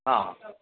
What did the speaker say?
हा